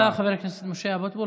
תודה, חבר הכנסת משה אבוטבול.